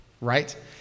right